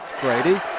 Grady